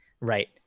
right